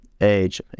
age